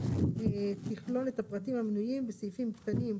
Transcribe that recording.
תכלול את הפרטים המנויים בסעיפים קטנים,